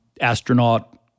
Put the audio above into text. astronaut-